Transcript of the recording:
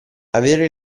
avere